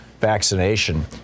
vaccination